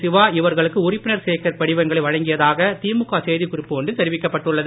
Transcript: சிவா இவர்களுக்கு உறுப்பினர் சேர்க்கை படிவங்களை வழங்கியதாக திமுக செய்திக்குறிப்பு ஒன்றில் தெரிவிக்கப்பட்டுள்ளது